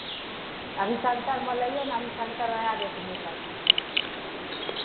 अभी सभतरि मोलैयै ने सभतरि उएह रेट मिलत